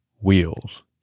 Wheels